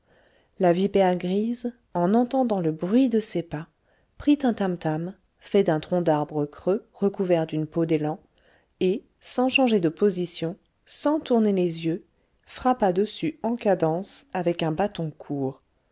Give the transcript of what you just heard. la vipère grise en entendant le bruit de ses pas prit un tamtam fait d'un tronc d'arbre creux recouvert d'une peau d'élan et sans changer de position sans tourner les yeux frappa dessus en cadence avec un bâton court